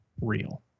real